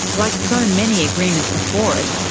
like so many agreements before it,